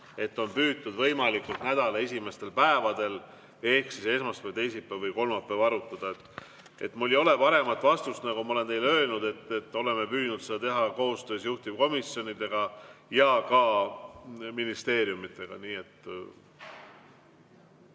On püütud võimalikult nädala esimestel päevadel ehk siis esmaspäeval, teisipäeval või kolmapäeval arutada. Mul ei ole paremat vastust. Nagu ma olen teile öelnud, me oleme püüdnud teha seda koostöös juhtivkomisjonide ja ministeeriumidega.